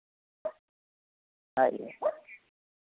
ᱟᱡ ᱜᱮ